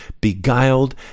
beguiled